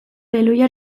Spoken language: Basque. elhuyar